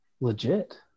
legit